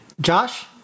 Josh